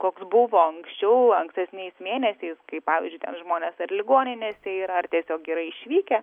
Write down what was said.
koks buvo anksčiau ankstesniais mėnesiais kai pavyzdžiui ten žmonės ar ligoninėse yra ar tiesiog yra išvykę